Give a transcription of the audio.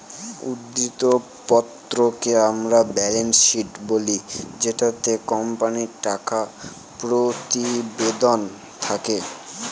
উদ্ধৃত্ত পত্রকে আমরা ব্যালেন্স শীট বলি যেটিতে কোম্পানির টাকা প্রতিবেদন থাকে